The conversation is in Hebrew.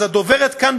אז הדוברת כאן,